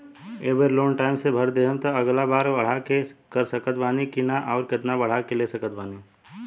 ए बेर loan time से भर देहम त अगिला बार बढ़ा के ले सकत बानी की न आउर केतना बढ़ा के ले सकत बानी?